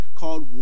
called